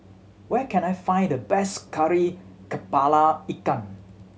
where can I find the best Kari Kepala Ikan